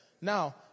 Now